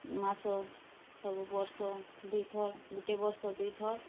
ମାସ ସବୁ ବର୍ଷ ଦୁଇ୍ ଥର୍ ଗୁଟେ ବର୍ଷ ଦୁଇ୍ ଥର୍